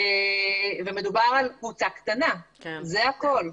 ומדובר על קבוצה קטנה, זה הכול.